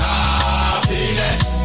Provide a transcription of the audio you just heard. Happiness